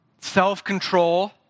self-control